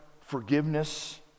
forgiveness